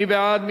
מי בעד?